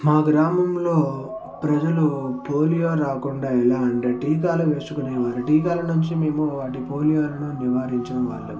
మా గ్రామంలో ప్రజలు పోలియో రాకుండా ఎలా అంటే టీకాలు వేసుకునే వారు టీకాలు నుంచి మేము వాటి పోలియోలను నివారించే వాళ్ళం